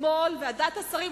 שאתמול ועדת השרים,